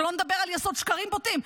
שלא נדבר על יסוד שקרים בוטים,